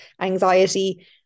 anxiety